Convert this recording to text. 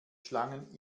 schlangen